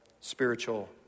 spiritual